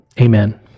amen